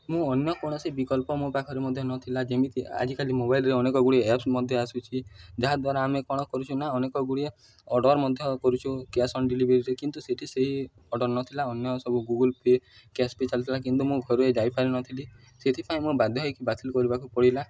ମୁଁ ଅନ୍ୟ କୌଣସି ବିକଳ୍ପ ମୋ ପାଖରେ ମଧ୍ୟ ନଥିଲା ଯେମିତି ଆଜିକାଲି ମୋବାଇଲ୍ରେ ଅନେକ ଗୁଡ଼ିଏ ଆପ୍ସ୍ ମଧ୍ୟ ଆସୁଛି ଯାହା ଦ୍ୱାରା ଆମେ କ'ଣ କରୁଛୁ ନା ଅନେକ ଗୁଡ଼ିଏ ଅର୍ଡ଼ର୍ ମଧ୍ୟ କରୁଛୁ କ୍ୟାସ୍ ଅନ୍ ଡେଲିଭରିରେ କିନ୍ତୁ ସେଇଠି ସେହି ଅର୍ଡ଼ର୍ ନଥିଲା ଅନ୍ୟ ସବୁ ଗୁଗୁଲ୍ ପେ' କ୍ୟାସ୍ ପେ' ଚାଲିଥିଲା କିନ୍ତୁ ମୁଁ ଘରେ ଯାଇପାରିନଥିଲି ସେଥିପାଇଁ ମୁଁ ବାଧ୍ୟ ହେଇକି ବାତିଲ୍ କରିବାକୁ ପଡ଼ିଲା